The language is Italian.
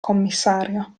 commissario